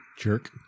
Jerk